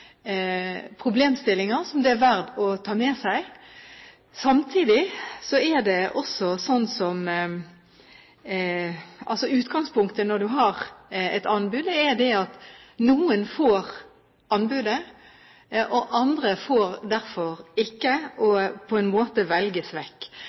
som det er verd å ta med seg. Utgangspunktet når du har et anbud, er at noen får anbudet, og at andre derfor ikke får det og